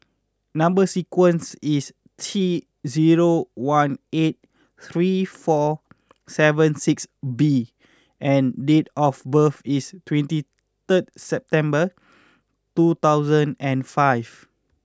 number sequence is T zero one eight three four seven six B and date of birth is twenty third September two thousand and five